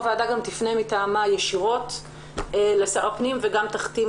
הוועדה תפנה מטעמה ישירות לשר הפנים וגם תחתים,